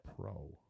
Pro